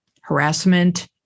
harassment